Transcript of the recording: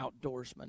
outdoorsman